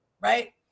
right